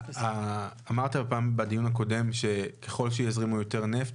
אמרת פעם בדיון הקודם שככל שיזרימו יותר נפט,